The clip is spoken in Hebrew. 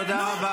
תודה.